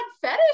Fetish